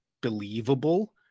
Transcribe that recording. believable